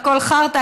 הכול חרטא,